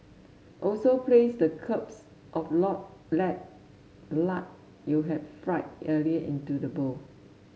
also place the cubes of lard you had fried earlier into a bowl